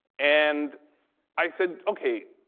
and i said, okay,